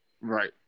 Right